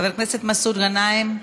חבר הכנסת מסעוד גנאים,